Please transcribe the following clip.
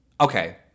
Okay